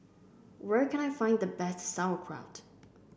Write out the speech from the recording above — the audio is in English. where can I find the best Sauerkraut